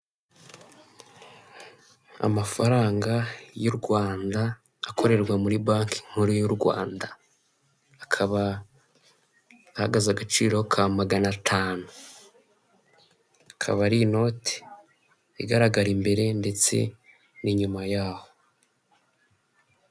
Amafaranga y'u Rwanda akorerwa muri Banki N kuru y'u Rwanda, akaba ahagaze agaciro ka magana atanu; akaba ari inoti igaragara imbere ndetse n'inyuma yaho.